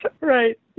Right